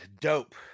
Dope